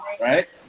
Right